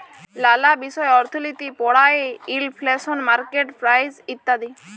লালা বিষয় অর্থলিতি পড়ায়ে ইলফ্লেশল, মার্কেট প্রাইস ইত্যাদি